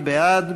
מי בעד?